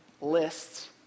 lists